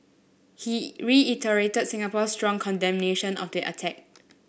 he reiterated Singapore's strong condemnation of the attack